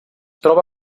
troba